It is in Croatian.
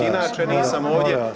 Inače nisam ovdje.